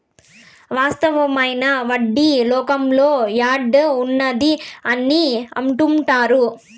వాస్తవమైన వడ్డీ లోకంలో యాడ్ ఉన్నది అని అంటుంటారు